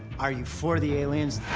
are you for the aliens?